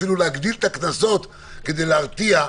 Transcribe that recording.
אפילו להגדיל את הקנסות כדי להרתיע.